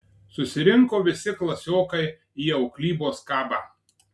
susirinko visi klasiokai į auklybos kabą